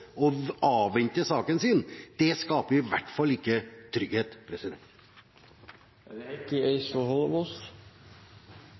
avvente saken sin i hvert fall ikke skaper trygghet.